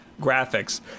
graphics